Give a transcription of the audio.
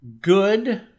good